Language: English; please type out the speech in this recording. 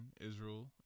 Israel